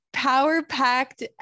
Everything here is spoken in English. power-packed